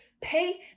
pay